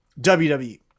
WWE